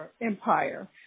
Empire